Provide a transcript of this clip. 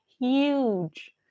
huge